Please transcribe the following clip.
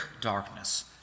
darkness